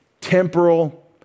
temporal